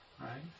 right